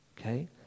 okay